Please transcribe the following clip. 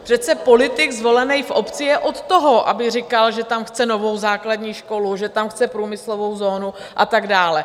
Přece politik zvolený v obci je od toho, aby říkal, že tam chce novou základní školu, že tam chce průmyslovou zónu a tak dále.